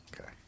Okay